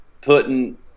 putting